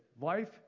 life